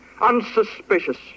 unsuspicious